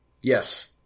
Yes